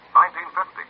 1950